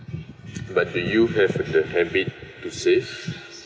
but do you have the habit to save